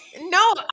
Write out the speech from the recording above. no